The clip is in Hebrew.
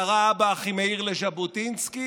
קרא אב"א אחימאיר לז'בוטינסקי,